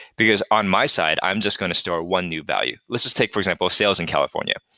because on my side i'm just going to store one new value. let's just take, for example, sales in california.